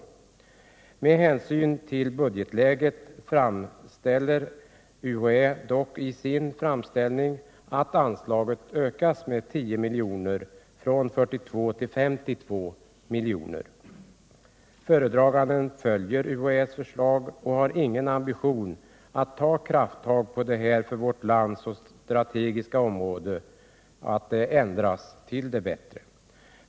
Med hänsyn till budgetläget anhåller UHÄ dock att anslaget ökas med 10 milj.kr. från 42 till 52 milj.kr. Föredraganden följer UHÄ:s förslag och har ingen ambition att ta kratttag på detta för vårt land så strategiska område så att förhållandena ändras till det bättre.